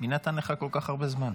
מי נתן לך כל כך הרבה זמן?